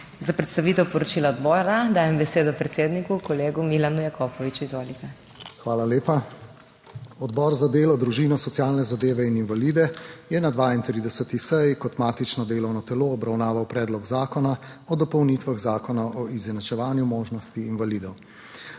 Za predstavitev poročila odbora dajem besedo predsedniku kolegu Milanu Jakopoviču. Izvolite. **MILAN JAKOPOVIČ (PS Levica):** Hvala lepa. Odbor za delo, družino, socialne zadeve in invalide je na 32. seji kot matično delovno telo obravnaval Predlog zakona o dopolnitvah Zakona o izenačevanju možnosti invalidov.